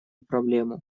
проблему